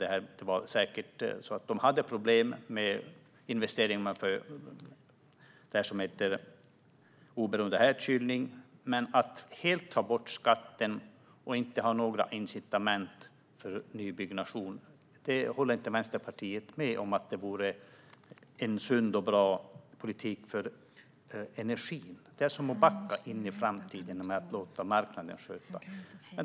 Det var säkert så att de hade problem med investeringarna för det här som heter oberoende härdkylning, men att helt ta bort skatten och inte ha några incitament för nybyggnation håller inte Vänsterpartiet med om skulle vara en sund och bra politik för energin. Att låta marknaden sköta det är som att backa in i framtiden.